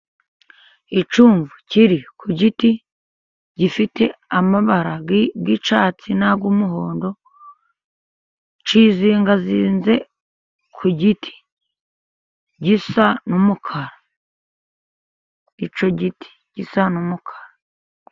Icyumvu kiri ku giti, gifite amabara y'icyatsi n'ay'umuhondo. Cyizingazinze ku giti gisa n'umukara, icyo giti gisa n'umukara.